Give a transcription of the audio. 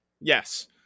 Yes